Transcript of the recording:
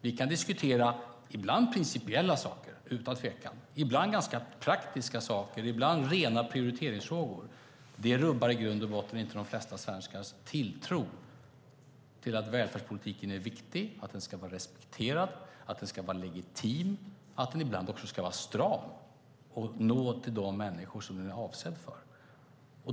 Vi kan diskutera ibland principiella saker, utan tvekan, ibland ganska praktiska saker, ibland rena prioriteringsfrågor. Det rubbar i grund och botten inte de flesta svenskars tilltro till att välfärdspolitiken är viktig, att den ska vara respekterad, att den ska vara legitim och att den ibland också ska vara stram och nå de människor som den är avsedd för.